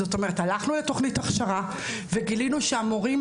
זאת אומרת הלכנו לתכנית הכשרה וגילינו שהמורים